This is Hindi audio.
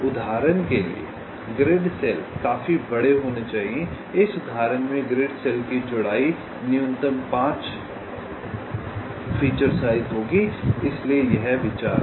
उदाहरण के लिए ग्रिड सेल काफी बड़े होने चाहिए इस उदाहरण में ग्रिड सेल की चौड़ाई न्यूनतम 5 होगी इसलिए यह विचार है